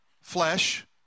flesh